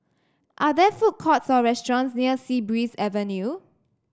are there food courts or restaurants near Sea Breeze Avenue